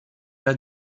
era